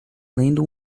lendo